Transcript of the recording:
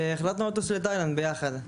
והחלטנו לטוס לתאילנד ביחד.